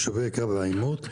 יישובי קו העימות,